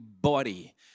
body